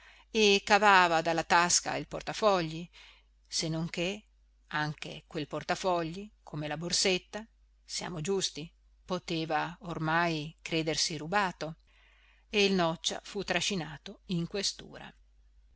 cavava dalla tasca il portafogli se non che anche quel portafogli come la borsetta siamo giusti poteva ormai credersi rubato e il noccia fu trascinato in questura